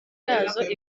yazo